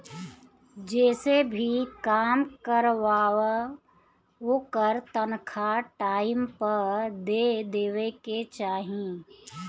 जेसे भी काम करवावअ ओकर तनखा टाइम पअ दे देवे के चाही